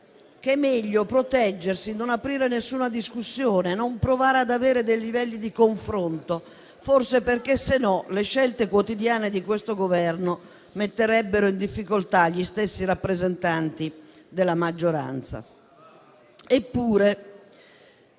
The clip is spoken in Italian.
che è meglio proteggersi, non aprire nessuna discussione, non provare ad avere dei livelli di confronto, forse perché altrimenti le scelte quotidiane di questo Governo metterebbero in difficoltà gli stessi rappresentanti della maggioranza.